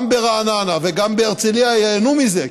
גם ברעננה וגם בהרצליה ייהנו מזה,